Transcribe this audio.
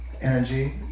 energy